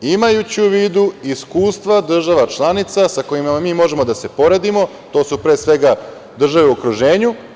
imajući u vidu iskustva država članica sa kojima mi možemo da se poredimo, to su pre svega države u okruženju.